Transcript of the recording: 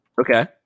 Okay